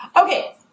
Okay